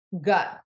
gut